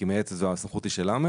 כי הסמכות היא של ל'